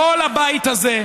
כל הבית הזה,